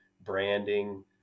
branding